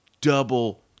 double